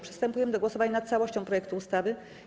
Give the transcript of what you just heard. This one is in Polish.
Przystępujemy do głosowania nad całością projektu ustawy.